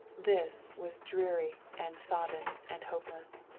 this was dreary and sodden and hopeless.